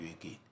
again